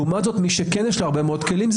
לעומת זאת מי שיש לו הרבה מאוד כלים זה